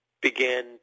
began